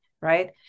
right